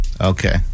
Okay